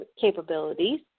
capabilities